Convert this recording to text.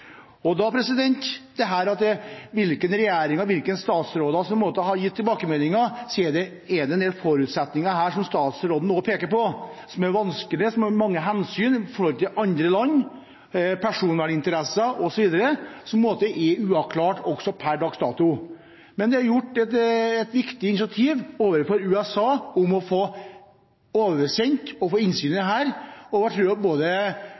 regjeringer og hvilke statsråder som har gitt tilbakemelding, er det en del forutsetninger, som statsråden nå peker på, som er vanskelige. Det er mange hensyn når det gjelder andre land, personverninteresser osv., som er uavklart også per dags dato. Men det er tatt et viktig initiativ overfor USA for å få oversendt og få innsyn i dette. Jeg tror at både